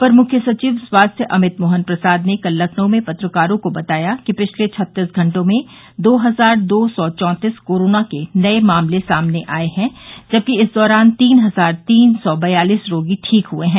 अपर मुख्य सचिव स्वास्थ्य अमित मोहन प्रसाद ने कल लखनऊ में पत्रकारों को बताया कि पिछले छत्तीस घटों में दो हजार दो सौ चौतीस कोरोना के नये मामले सामने आये हैं जबकि इस दौरान तीन हजार तीन सौ बयालीस रोगी ठीक हुए हैं